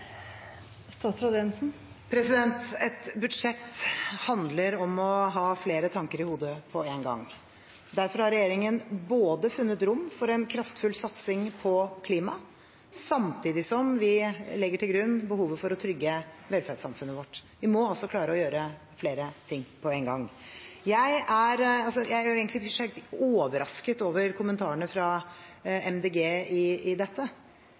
Et budsjett handler om å ha flere tanker i hodet på en gang. Derfor har regjeringen funnet rom for en kraftfull satsing på klima samtidig som vi legger til grunn behovet for å trygge velferdssamfunnet vårt. Vi må klare å gjøre flere ting på en gang. Jeg er egentlig overrasket over kommentarene fra Miljøpartiet De Grønne når det gjelder dette.